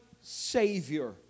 Savior